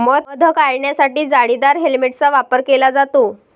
मध काढण्यासाठी जाळीदार हेल्मेटचा वापर केला जातो